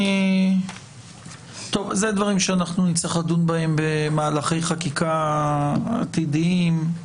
אלה דברים שנצטרך לדון בהם במהלכי חקיקה עתידיים.